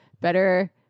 better